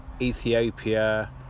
Ethiopia